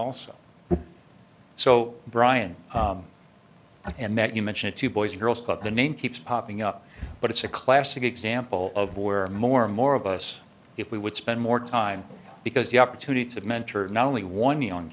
also so brian and that you mentioned two boys and girls club the name keeps popping up but it's a classic example of where more and more of us if we would spend more time because the opportunity to mentor not only one young